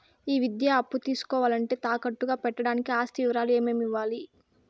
ఈ విద్యా అప్పు తీసుకోవాలంటే తాకట్టు గా పెట్టడానికి ఆస్తి వివరాలు ఏమేమి ఇవ్వాలి?